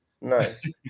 Nice